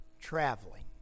traveling